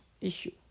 issue